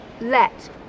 let